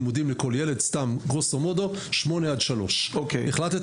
לימודים לכל ילד בין השעות 08:00 עד 15:00. החלטת